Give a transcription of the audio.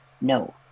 No